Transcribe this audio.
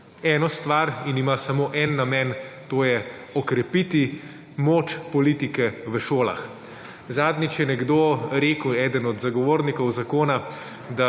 eno stvar in ima samo en namen, to je okrepiti moč politike v šolah. Zadnjič je nekdo rekel, eden od zagovornikov zakona,